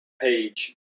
page